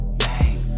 bang